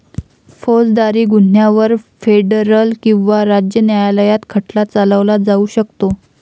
फौजदारी गुन्ह्यांवर फेडरल किंवा राज्य न्यायालयात खटला चालवला जाऊ शकतो